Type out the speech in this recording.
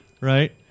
right